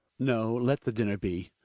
no, let the dinner be.